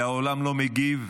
העולם לא מגיב,